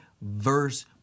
verse